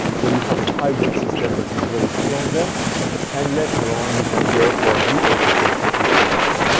so you have a hybrid system that is very strong then and later on, you can go for deep-water culture, if you wish to.